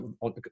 on